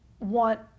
want